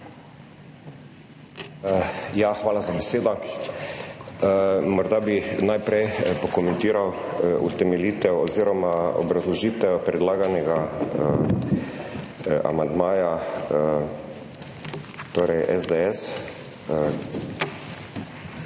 Hvala za besedo.